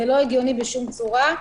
זה לא הגיוני בשום צורה.